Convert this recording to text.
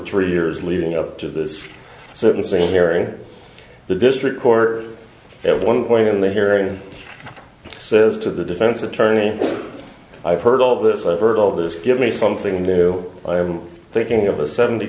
three years leading up to this certain scene here in the district court every one point in the hearing and says to the defense attorney i've heard all this i've heard all this give me something new i am thinking of a seventy